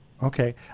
Okay